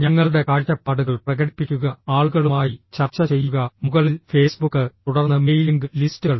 ഞങ്ങളുടെ കാഴ്ചപ്പാടുകൾ പ്രകടിപ്പിക്കുക ആളുകളുമായി ചർച്ച ചെയ്യുക മുകളിൽ ഫേസ്ബുക്ക് തുടർന്ന് മെയിലിംഗ് ലിസ്റ്റുകൾ